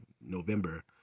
november